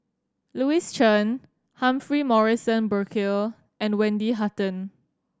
Louis Chen Humphrey Morrison Burkill and Wendy Hutton